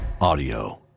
audio